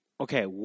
okay